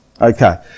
Okay